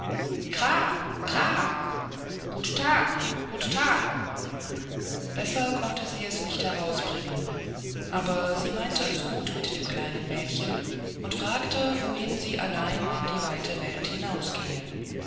gut tag gut tag besser konnte sie es nicht herausbringen aber sie meinte es gut mit dem kleinen mädchen und fragte wohin sie allein in die weite welt hinausgehe